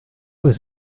was